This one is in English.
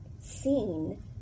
seen